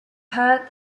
heard